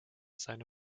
seine